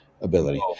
ability